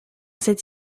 cette